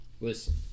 listen